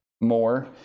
more